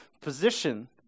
position